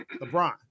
LeBron